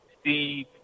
Steve